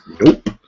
Nope